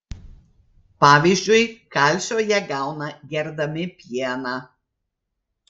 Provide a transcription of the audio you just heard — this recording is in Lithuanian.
pavyzdžiui kalcio jie gauna gerdami pieną